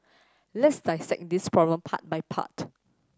let's dissect this problem part by part